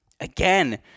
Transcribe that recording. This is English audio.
again